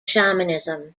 shamanism